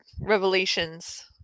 revelations